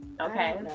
Okay